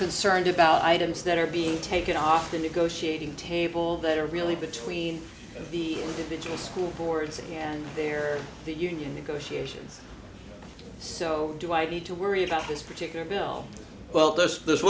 concerned about items that are being taken off the negotiating table that are really between the original school boards and their union negotiations so do i need to worry about this particular bill well this this